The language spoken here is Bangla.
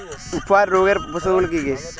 উফরা রোগের উপসর্গগুলি কি কি?